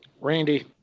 Randy